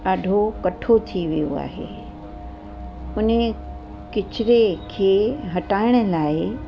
ॾाढो कठो थी वियो आहे उन किचिरे खे हटाइण लाइ